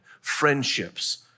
friendships